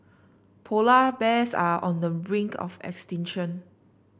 polar bears are on the brink of extinction